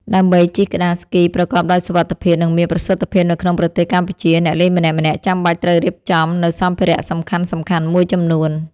ដើម្បីជិះក្ដារស្គីប្រកបដោយសុវត្ថិភាព និងមានប្រសិទ្ធភាពនៅក្នុងប្រទេសកម្ពុជា អ្នកលេងម្នាក់ៗចាំបាច់ត្រូវរៀបចំនូវសម្ភារៈសំខាន់ៗមួយចំនួន។